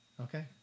Okay